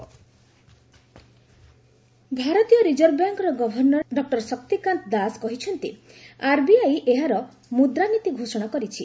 monetary policy ଭାରତୀୟ reserve ବ୍ୟାଙ୍କ୍ର governor doctor Shaktikanta Das କହିଛନ୍ତି ଆର୍ବିଆଇ ଏହାର ମ୍ରଦ୍ରାନୀତି ଘୋଷଣା କରିଛି